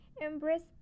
embrace